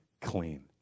clean